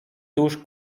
tuż